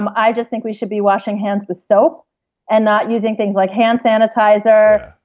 um i just think we should be washing hands with soap and not using things like hand sanitizer,